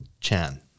Chan